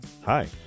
Hi